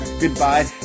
goodbye